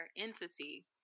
entity